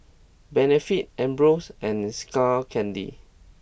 Benefit Ambros and Skull Candy